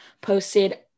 posted